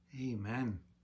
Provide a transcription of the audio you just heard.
Amen